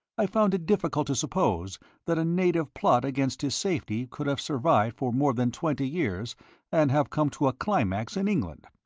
i found it difficult to suppose that a native plot against his safety could have survived for more than twenty years and have come to a climax in england.